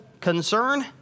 concern